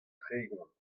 tregont